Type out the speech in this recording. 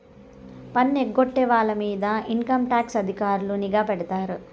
పన్ను ఎగ్గొట్టే వాళ్ళ మీద ఇన్కంటాక్స్ అధికారులు నిఘా పెడతారు